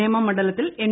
നേമം മണ്ഡലത്തിൽ എൻ